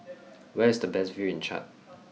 where is the best view in Chad